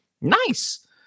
nice